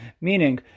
Meaning